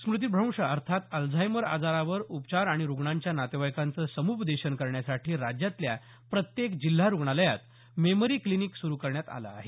स्मृतीभ्रंश अर्थात अल्झायमर आजारावर उपचार आणि रुग्णांच्या नातेवाईकांचं सम्पदेशन करण्यासाठी राज्यातल्या प्रत्येक जिल्हा रूग्णालयात मेमरी क्लिनिक सुरु करण्यात आलं आहे